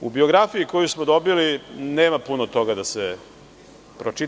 U biografiji koji smo dobili nema puno toga da se pročita.